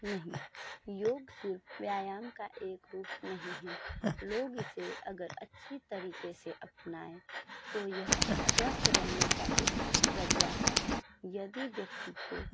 नहीं योग सिर्फ़ व्यायाम का एक रूप नहीं है लोग इसे अगर अच्छे तरीक़े से अपनाएं तो यह स्वस्थ रहने का एक ज़रिया है यदि व्यक्ति को